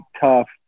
tough